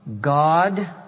God